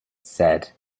said